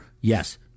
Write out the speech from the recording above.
yes